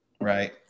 right